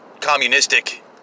communistic